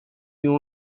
اون